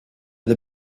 the